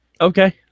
Okay